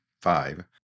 five